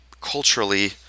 culturally